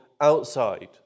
outside